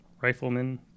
Riflemen